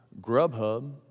Grubhub